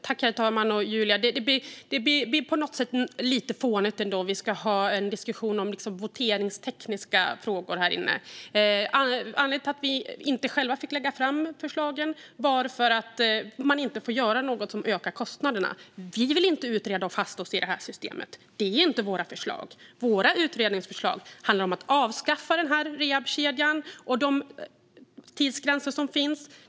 Herr talman! Det blir på något sätt lite fånigt om vi ska ha en diskussion om voteringstekniska frågor. Anledningen till att vi inte själva fick lägga fram förslagen var att man inte får göra något som ökar kostnaderna. Vi vill inte utreda och låsa fast oss i det här systemet. Det är inte våra förslag. Våra utredningsförslag handlar om att avskaffa den rehabkedja och de tidsgränser som finns.